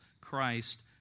Christ